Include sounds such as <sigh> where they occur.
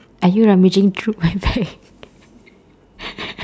are you rummaging through my bag <laughs>